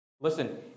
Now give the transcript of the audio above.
listen